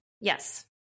Yes